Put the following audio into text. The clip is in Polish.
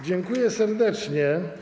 Dziękuję serdecznie.